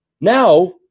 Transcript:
now